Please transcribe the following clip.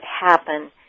happen